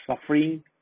suffering